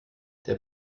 der